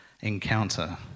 encounter